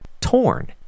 torn